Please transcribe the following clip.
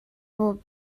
bob